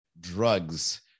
drugs